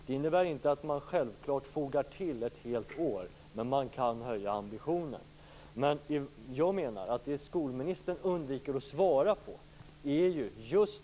Det innebär inte att man självklart fogar till ett helt år, men man kan höja ambitionen. Jag menar att det är just det här skolministern undviker att svara på.